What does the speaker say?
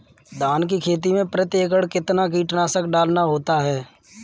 धान की खेती में प्रति एकड़ कितना कीटनाशक डालना होता है?